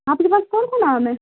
آپ کے پس کون کون نام ہے